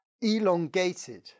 elongated